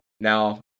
Now